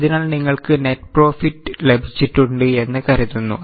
അതിനാൽ നിങ്ങൾക്ക് net profit ലഭിച്ചിട്ടുണ്ട് എന്ന് കരുതുന്നു